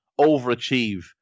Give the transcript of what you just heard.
overachieve